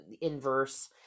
inverse